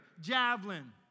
javelin